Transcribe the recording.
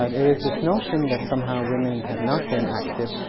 um there is this notion that somehow women have not been active.